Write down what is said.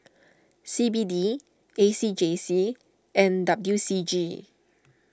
C B D A C J C and W C G